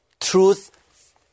truth